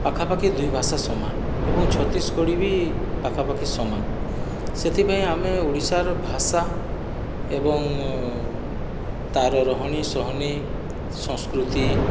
ପାଖାପାଖି ଦୁଇ ଭାଷା ସମାନ ଏବଂ ଛତିଶଗଡ଼ି ବି ପାଖାପାଖି ସମାନ ସେଥିପାଇଁ ଆମେ ଓଡ଼ିଶାର ଭାଷା ଏବଂ ତା'ର ରହଣି ସହଣି ସଂସ୍କୃତି